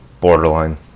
borderline